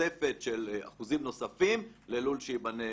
תוספת של אחוזים נוספים ללול שייבנה